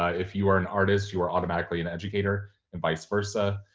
ah if you are an artist, you are automatically an educator and vice versa.